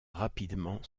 rapidement